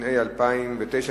התש"ע 2009,